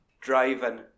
driving